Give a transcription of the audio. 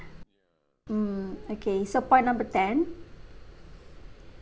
mm okay so point number ten